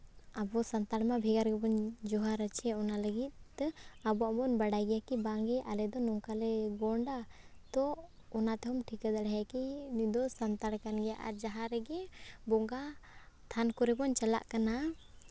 ᱟᱵᱚ ᱥᱟᱱᱛᱟᱲ ᱢᱟ ᱵᱷᱮᱜᱟᱨ ᱜᱮᱵᱚᱱ ᱡᱚᱦᱟᱨᱟ ᱥᱮ ᱚᱱᱟ ᱞᱟᱹᱜᱤᱫ ᱛᱮ ᱟᱵᱚ ᱵᱚᱱ ᱵᱟᱰᱟᱭ ᱜᱮᱭᱟ ᱠᱤ ᱵᱟᱝᱜᱮ ᱟᱞᱮ ᱫᱚ ᱱᱚᱝᱠᱟ ᱞᱮ ᱜᱚᱸᱰᱟ ᱛᱚ ᱚᱱᱟ ᱛᱮᱦᱚᱸᱢ ᱴᱷᱤᱠᱟᱹ ᱫᱟᱲᱮᱭᱟᱭᱟ ᱠᱤ ᱩᱱᱤ ᱫᱚ ᱥᱟᱱᱛᱟᱲ ᱠᱟᱱ ᱜᱮᱭᱟᱭ ᱟᱨ ᱡᱟᱦᱟᱸ ᱨᱮᱜᱮ ᱵᱚᱸᱜᱟ ᱛᱷᱟᱱ ᱠᱚᱨᱮ ᱵᱚᱱ ᱪᱟᱞᱟᱜ ᱠᱟᱱᱟ